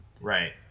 Right